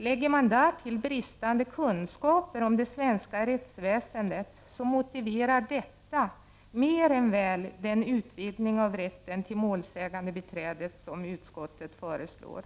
Lägger man därtill bristande kunskaper om det svenska rättsväsendet, motiverar detta mer än väl den utvidgning av rätten till målsägandebiträde som utskottet föreslår.